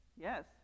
Yes